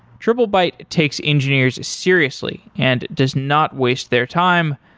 triplebyte takes engineers seriously and does not waste their time,